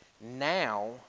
now